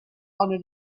under